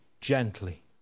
Gently